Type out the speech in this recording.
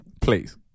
please